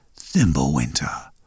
Thimblewinter